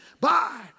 bye